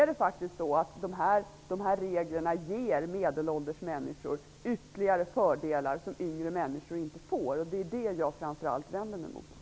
Dessa regler ger medelålders människor sådana ytterligare fördelar som yngre männsikor inte får, och det är framför allt det som jag vänder mig emot.